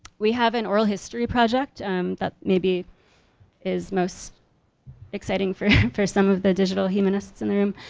we have an oral history project that maybe is most exciting for for some of the digital humanists in the room.